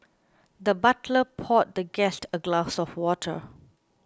the butler poured the guest a glass of water